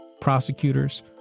prosecutors